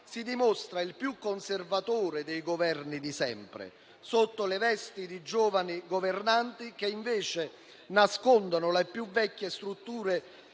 si dimostra il più conservatore dei Governi di sempre, sotto le vesti di giovani governanti che, invece, nascondono le più vecchie strutture